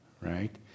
right